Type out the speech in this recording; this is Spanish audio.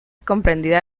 comprendida